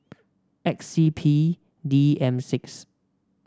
X C P D M six